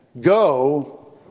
go